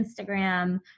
Instagram